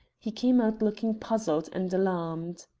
he came out looking puzzled and alarmed.